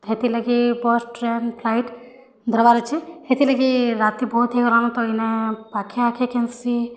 ହେତିର୍ ଲାଗି bus train flight ଧରବାର୍ ଅଛେ ହେତିଲାଗି ରାତି ବହୁତ୍ ହେଇଗଲାନ ତ ଇନେ ପାଖେ ଆଖେ କେନସି